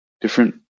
different